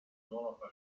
nuova